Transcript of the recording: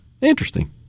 Interesting